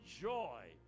joy